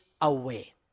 away